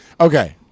Okay